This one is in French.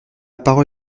parole